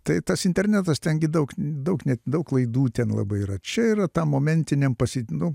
tai tas internetas ten gi daug daug net daug klaidų ten labai yra čia yra tam momentiniam paside